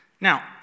Now